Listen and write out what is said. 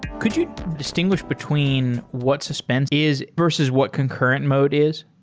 could you distinguish between what suspense is versus what concurrent mode is?